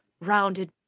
rounded